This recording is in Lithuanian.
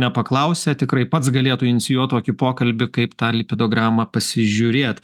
nepaklausė tikrai pats galėtų inicijuot tokį pokalbį kaip tą lipidogramą pasižiūrėt